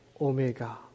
Omega